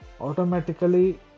automatically